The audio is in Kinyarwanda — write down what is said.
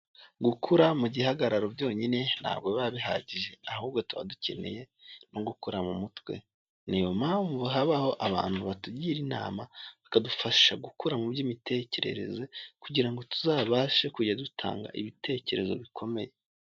Gukura mu gihagararo byonyine ntabwo biba bihagije, ahubwo tuba dukeneye no gukura mu mutwe, ni yo mpamvu habaho abantu batugira inama bakadufasha gukura mu by'imitekerereze kugira ngo tuzabashe kujya dutanga ibitekerezo bikomeye.